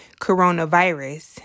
coronavirus